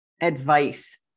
advice